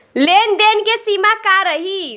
लेन देन के सिमा का रही?